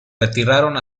retiraron